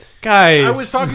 Guys